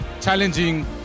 challenging